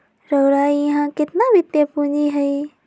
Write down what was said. रउरा इहा केतना वित्तीय पूजी हए